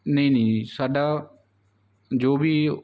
ਨਹੀਂ ਨਹੀਂ ਜੀ ਸਾਡਾ ਜੋ ਵੀ